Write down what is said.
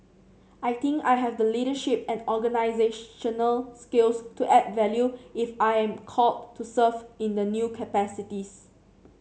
I think I have the leadership and organisational skills to add value if I am called to serve in the new capacities